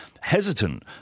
hesitant